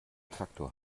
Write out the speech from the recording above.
traktor